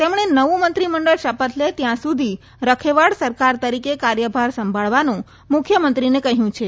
તેમણે નવું મંત્રીમંડળ શપથ લે ત્યાં સુધી રખેવાળ સરકાર તરીકે કાર્યભાર સંભાળવાનું મુખ્યમંત્રીને કહ્યું છે